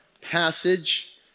passage